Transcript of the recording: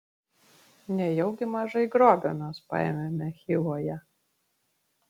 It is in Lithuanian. nejaugi mažai grobio mes paėmėme chivoje